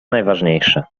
najważniejsze